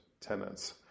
tenants